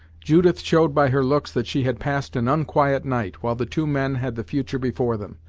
judith showed by her looks that she had passed an unquiet night, while the two men had the future before them,